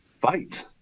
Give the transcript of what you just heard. fight